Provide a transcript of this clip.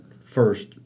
first